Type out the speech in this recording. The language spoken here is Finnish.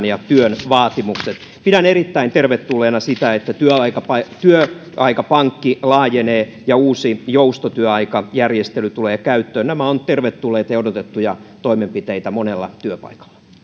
ja työn vaatimukset pidän erittäin tervetulleena sitä että työaikapankki työaikapankki laajenee ja uusi joustotyöaikajärjestely tulee käyttöön nämä ovat tervetulleita ja odotettuja toimenpiteitä monella työpaikalla